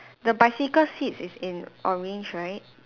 the bicycle seats is in orange right